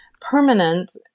Permanent